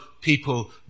people